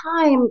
time